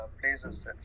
places